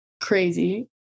crazy